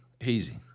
Easy